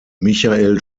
michael